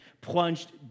plunged